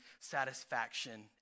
satisfaction